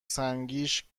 سنگیش